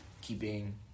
keeping